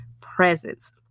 presence